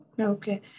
Okay